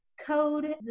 code